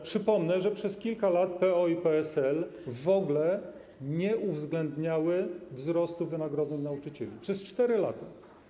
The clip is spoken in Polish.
Przypomnę, że przez kilka lat PO i PSL w ogóle nie uwzględniały wzrostu wynagrodzeń nauczycieli, przez 4 lata.